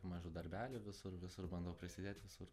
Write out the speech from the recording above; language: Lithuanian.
mažų darbelių visur visur bandau prisidėt visur